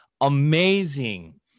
Amazing